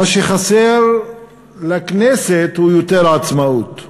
מה שחסר לכנסת זה יותר עצמאות,